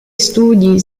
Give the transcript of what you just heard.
studi